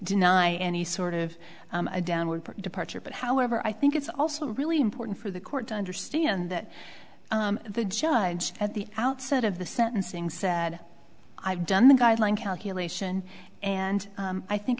deny any sort of a downward departure but however i think it's also really important for the court to understand that the judge at the outset of the sentencing said i've done the guideline calculation and i think